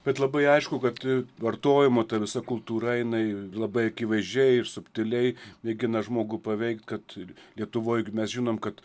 bet labai aišku kad vartojimo ta visa kultūra jinai labai akivaizdžiai ir subtiliai mėgina žmogų paveikt kad ir lietuvoj mes žinom kad